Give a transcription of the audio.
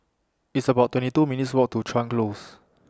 It's about twenty two minutes' Walk to Chuan Close